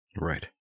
Right